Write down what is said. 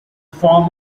form